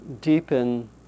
deepen